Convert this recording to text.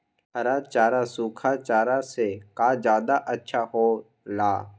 हरा चारा सूखा चारा से का ज्यादा अच्छा हो ला?